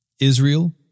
Israel